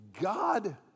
God